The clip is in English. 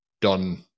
done